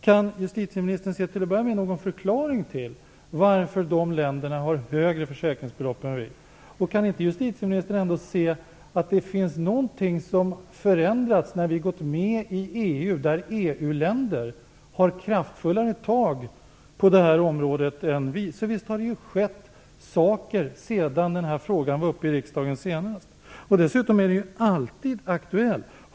Kan justitieministern till att börja med ge någon förklaring till att de länderna har högre försäkringsbelopp än vi? Kan justitieministern ändå inte se att någonting förändrats genom att vi gått med i EU, där medlemsländer tagit kraftfullare tag på det här området än vi? Visst har det alltså skett saker sedan den här frågan senast var uppe i riksdagen. Dessutom är den alltid aktuell.